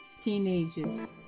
teenagers